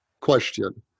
question